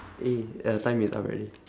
eh uh time is up already